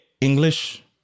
English